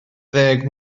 ddeg